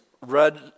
read